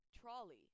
trolley